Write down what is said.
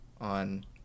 on